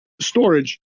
storage